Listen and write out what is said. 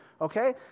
okay